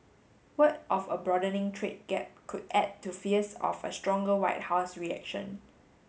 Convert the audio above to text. word of a broadening trade gap could add to fears of a stronger White House reaction